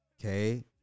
Okay